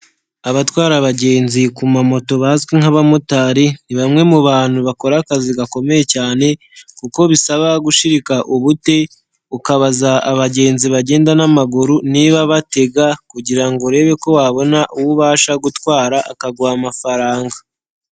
Abatwara abagenzi ku ma moto bazwi nk'abamotari, ni bamwe mu bantu bakora akazi gakomeye cyane kuko bisaba gushirika ubute, ukabaza abagenzi bagenda n'amaguru, niba batega, kugira ngo urebe ko wabona uwo ubasha gutwara, akaguha amafaranga.